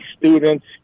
students